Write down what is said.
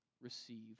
receive